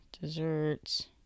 desserts